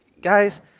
guys